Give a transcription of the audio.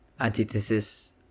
Antithesis